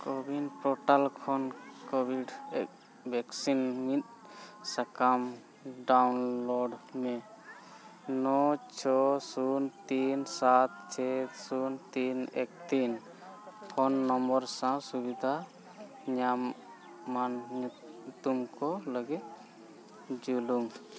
ᱠᱷᱚᱱ ᱢᱤᱫ ᱥᱟᱠᱟᱢ ᱢᱮ ᱱᱚ ᱪᱷᱚ ᱥᱩᱱ ᱛᱤᱱ ᱥᱟᱛ ᱪᱷᱚᱭ ᱥᱩᱱ ᱛᱤᱱ ᱮᱠ ᱛᱤᱱ ᱥᱟᱶ ᱥᱩᱵᱤᱫᱷᱟ ᱧᱟᱢ ᱢᱟᱱ ᱧᱩᱛᱩᱢ ᱠᱚ ᱞᱟᱹᱜᱤᱫ ᱡᱩᱞᱩᱝ